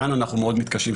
כאן אנחנו מאוד מתקשים,